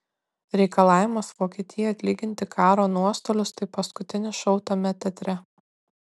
reikalavimas vokietijai atlyginti karo nuostolius tai paskutinis šou tame teatre